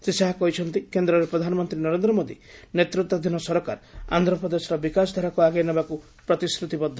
ଶ୍ରୀ ଶାହା କହିଛନ୍ତି କେନ୍ଦ୍ରରେ ପ୍ରଧନାମନ୍ତ୍ରୀ ନରେନ୍ଦ୍ର ମୋଦିଙ୍କ ନେତୃତ୍ୱାଧୀନ ସରକାର ଆନ୍ଧ୍ରପ୍ରଦେଶର ବିକାଶଧାରାକୁ ଆଗେଇ ନେବାକୁ ପ୍ରତିଶ୍ରତିବଦ୍ଧ